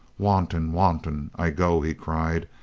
wanton, wanton, i go! he cried,